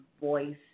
voice